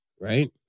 right